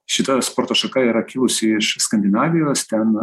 šita sporto šaka yra kilusi iš skandinavijos ten